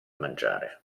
mangiare